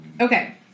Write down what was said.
okay